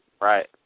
Right